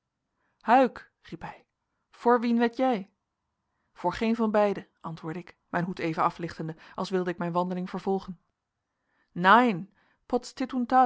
riep hij foor wien wed jij voor geen van beiden antwoordde ik mijn hoed even aflichtende als wilde ik mijn wandeling vervolgen nein